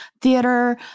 theater